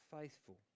faithful